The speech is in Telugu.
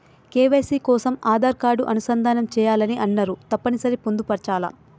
కే.వై.సీ కోసం ఆధార్ కార్డు అనుసంధానం చేయాలని అన్నరు తప్పని సరి పొందుపరచాలా?